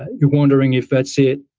you're wondering if that's it.